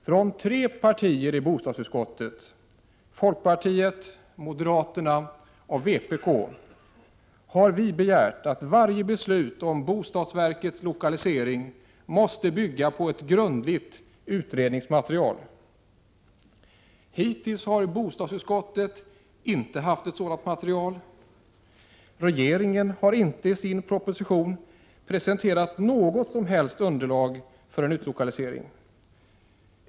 Från tre partier i bostadsutskottet, folkpartiet, moderaterna och vpk, har begärts att varje beslut om bostadsverkets lokalisering skall bygga på ett grundligt utredningsmaterial. Hittills har bostadsutskottet inte haft ett sådant material. Regeringen har inte i sin proposition presenterat något som helst underlag för en utlokalisering.